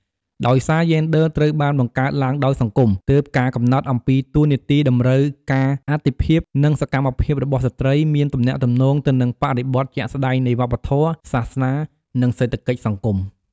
ដោយសារយេនឌ័រ ត្រូវបានបង្កើតឡើងដោយសង្គម ទើបការកំណត់អំពីតួនាទីតម្រូវការអាទិភាព និងសកម្មភាពរបស់ស្រ្តីមានទំនាក់ទំនងទៅនឹងបរិបទជាក់ស្តែងនៃវប្បធម៌ សាសនា និងសេដ្ឋកិច្ចសង្គម ។